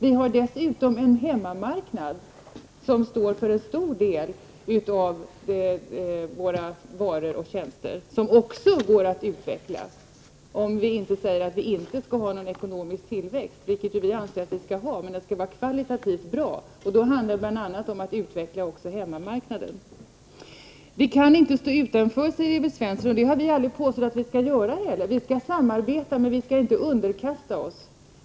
Vi har dessutom en hemmamarknad som står för en stor del av våra varor och tjänster. Vpk anser att vi skall ha en kvalitativt god tillväxt, och för att få en sådan måste vi utveckla också hemmamarknaden. Vi kan inte stå utanför, säger Evert Svensson. Det har vpk heller aldrig påstått att vi skall göra. Vi skall samarbeta men inte underkasta oss.